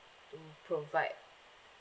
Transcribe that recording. provide